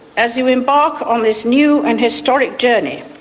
as you embark on this new and historic journey,